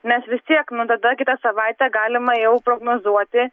mes vis tiek nu tada kitą savaitę galima jau prognozuoti